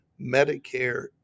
Medicare